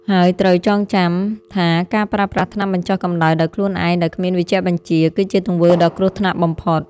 ហើយត្រូវចងចាំថាការប្រើប្រាស់ថ្នាំបញ្ចុះកម្ដៅដោយខ្លួនឯងដោយគ្មានវេជ្ជបញ្ជា គឺជាទង្វើដ៏គ្រោះថ្នាក់បំផុត។